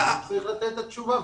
הוא צרילך לתת את התשובה.